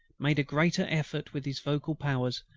made a greater effort with his vocal powers,